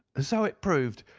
ah so it proved.